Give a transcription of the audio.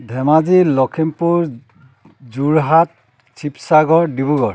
Dhemaji Lakhimpur Jorhat Sivasagar Dibrugarh